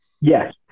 Yes